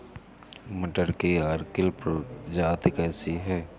मटर की अर्किल प्रजाति कैसी है?